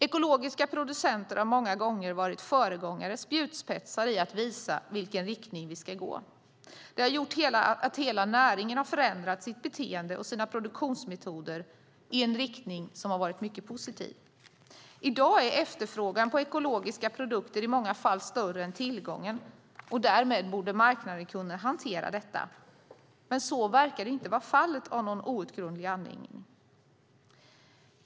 Ekologiska producenter har många gånger varit föregångare, spjutspetsar, för att visa i vilken riktning vi ska gå. Det har gjort att hela näringen ändrat sitt beteende och sina produktionsmetoder i en riktning som varit mycket positiv. I dag är efterfrågan på ekologiska produkter i många fall större än tillgången, och därmed borde marknaden kunna hantera detta. Men det verkar av någon outgrundlig anledning inte vara fallet.